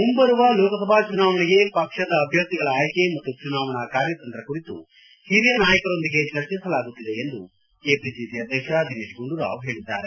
ಮುಂಬರುವ ಲೋಕಸಭಾ ಚುನಾವಣೆಗೆ ಪಕ್ಷದ ಅಭ್ಯರ್ಥಿಗಳ ಆಯ್ದೆ ಮತ್ತು ಚುನಾವಣಾ ಕಾರ್ಯತಂತ್ರ ಕುರಿತು ಓರಿಯ ನಾಯಕರೊಂದಿಗೆ ಚರ್ಚಿಸಲಾಗುತ್ತಿದೆ ಎಂದು ಕೆಪಿಸಿಸಿ ಅಧ್ಯಕ್ಷ ದಿನೇತ್ ಗುಂಡೂರಾವ್ ಹೇಳಿದ್ದಾರೆ